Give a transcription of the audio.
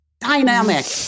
dynamic